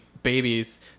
babies